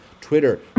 Twitter